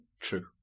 True